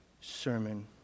sermon